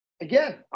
again